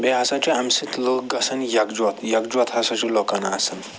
بیٚیہِ ہَسا چھِ اَمہِ سۭتۍ لُکھ گَژھن یکجوت یکجوت ہَسا چھِ لُکن آسان